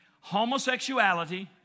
homosexuality